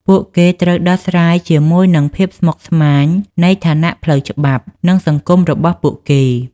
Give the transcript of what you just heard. ពួកគេត្រូវដោះស្រាយជាមួយនឹងភាពស្មុគស្មាញនៃឋានៈផ្លូវច្បាប់ និងសង្គមរបស់ពួកគេ។